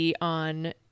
on